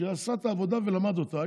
שהוא עשה את העבודה ולמד אותה.